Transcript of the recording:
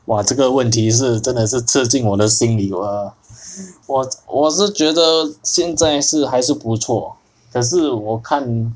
!wah! 这个问题是真的是刺进我的心里 !wah! 我我是觉得现在是还是不错可是我看